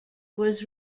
was